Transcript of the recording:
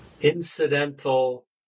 incidental